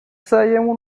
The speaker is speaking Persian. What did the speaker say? سعیمون